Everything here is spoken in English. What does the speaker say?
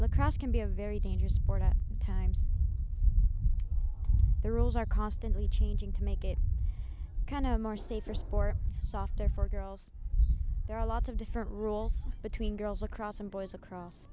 lacrosse can be a very dangerous sport at times the rules are constantly changing to make it kind of more safer sport software for girls there are lots of different roles between girls across s